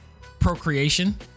procreation